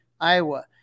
Iowa